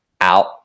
out